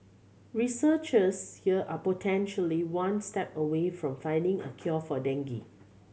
researchers here are potentially one step away from finding a cure for dengue